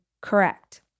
correct